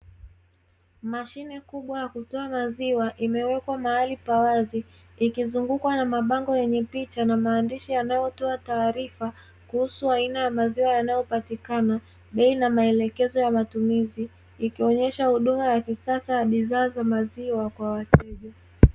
Mashine kubwa ya kutoa maziwa imewekwa mahali pa wazi, ikizungukwa na mabango yenye picha na maandishi yanayotoa taarifa kuhusu aina ya maziwa yanayopatikana, bei na maelekezo ya matumizi, ikionyesha huduma ya kisasa ya bidhaa maziwa kwa wateja.